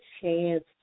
chance